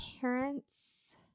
parents